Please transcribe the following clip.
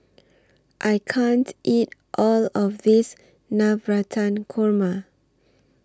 I can't eat All of This Navratan Korma